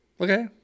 Okay